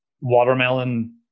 watermelon